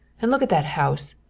and look at that house!